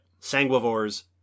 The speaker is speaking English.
Sanguivores